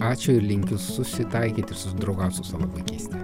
ačiū ir linkiu susitaikyti susidraugaut su savo vaikyste